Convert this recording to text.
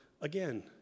again